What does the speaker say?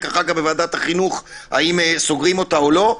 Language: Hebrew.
בוועדת החינוך האם סוגרים אותה או לא,